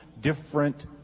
different